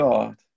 God